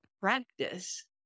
practice